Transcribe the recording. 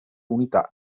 unità